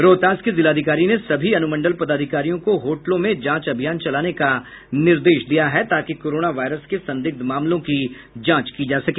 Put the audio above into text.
रोहतास के जिलाधिकारी ने सभी अनुमंडल पदाधिकारियों को होटलों में जांच अभियान चलाने का निर्देश दिया है ताकि कोरोना वायरस के संदिग्ध मामलों की जांच की जा सके